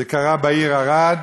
זה קרה בעיר ערד,